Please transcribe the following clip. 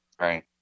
right